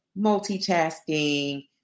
multitasking